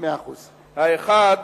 האחד,